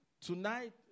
Tonight